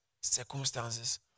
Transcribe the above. circumstances